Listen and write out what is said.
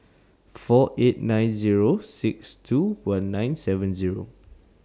four eight nine Zero six two one nine seven Zero